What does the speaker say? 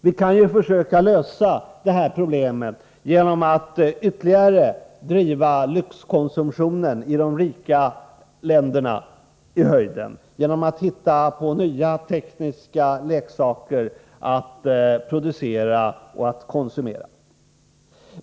Vi kan försöka lösa detta problem genom att ytterligare driva lyxkonsumtionen i de rika länderna i höjden, genom att hitta på nya tekniska leksaker att producera och konsumera.